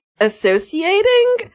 associating